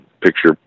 picture